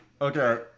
Okay